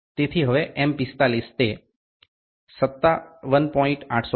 તેથી હવે M 45 તેથી તે 57